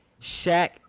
Shaq